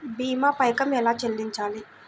భీమా పైకం ఎలా చెల్లించాలి?